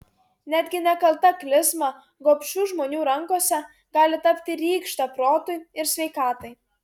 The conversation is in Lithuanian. netgi nekalta klizma gobšių žmonių rankose gali tapti rykšte protui ir sveikatai